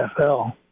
NFL